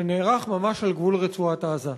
שנערך ממש על גבול רצועת-עזה,